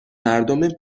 مردم